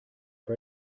try